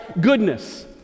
goodness